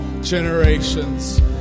generations